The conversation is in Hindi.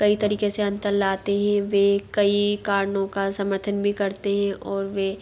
कई तरीक़े से अंतर लाते हें वे कई कारणों का समर्थन भी करते हैं और वे